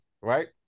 right